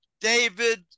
David